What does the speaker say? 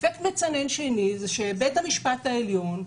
אפקט מצנן שני זה שבית המשפט העליון,